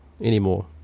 anymore